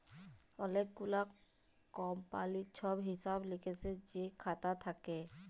অলেক গুলা কমপালির ছব হিসেব লিকেসের যে খাতা থ্যাকে